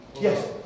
Yes